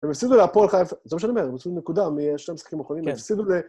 הם הפסידו להפועל חיפה... זה מה שאני אומר, הם הוציאו נקודה משני המשחקים האחרונים, הם הפסידו ל...